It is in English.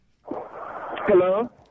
Hello